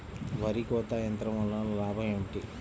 వరి కోత యంత్రం వలన లాభం ఏమిటి?